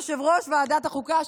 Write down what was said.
יושב-ראש ועדת החוקה,